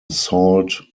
sault